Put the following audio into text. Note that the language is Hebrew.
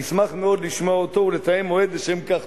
נשמח מאוד לשמוע אותו ולתאם מועד לשם כך.